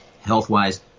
Health-wise